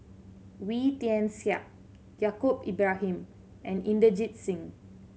Wee Tian Siak Yaacob Ibrahim and Inderjit Singh